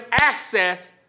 access